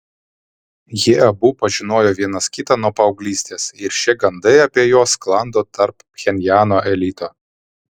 jie abu pažinojo vienas kitą nuo paauglystės ir šie gandai apie juos sklando tarp pchenjano elito